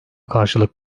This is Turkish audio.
karşılık